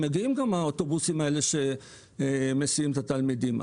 מגיעים גם האוטובוסים האלה שמסיעים את התלמידים.